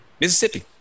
Mississippi